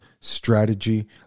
strategy